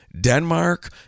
Denmark